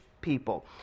people